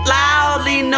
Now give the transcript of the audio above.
loudly